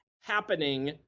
happening